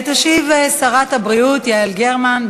תשיב שרת הבריאות יעל גרמן.